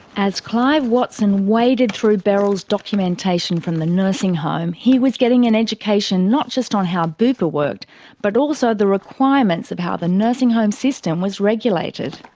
as clive watson waded through beryl's documentation from the nursing home, he was getting an education not just on how bupa worked but also the requirements of how the nursing home system was regulated.